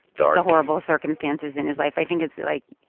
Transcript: the the horrible circumstances in his life. i think it's, like,